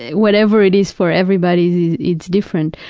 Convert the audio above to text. whatever it is, for everybody it's different,